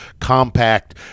compact